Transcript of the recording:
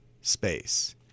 space